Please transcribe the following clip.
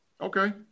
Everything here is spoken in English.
Okay